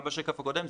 גם בשקף הקודם,